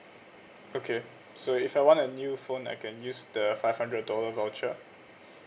okay so if I want a new phone I can use the five hundred dollar voucher